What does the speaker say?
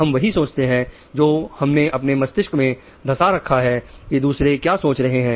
हम वही सोचते हैं जो हमने अपने मस्तिष्क में धसा रखा है कि दूसरे क्या सोच रहे हैं